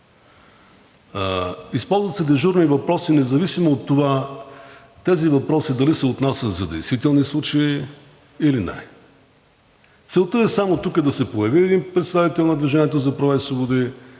Използват се дежурни въпроси независимо от това тези въпроси дали се отнасят за действителни случаи или не. Целта е само тук да се появи един представител на „Движение за права и свободи“,